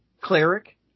cleric